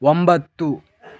ಒಂಬತ್ತು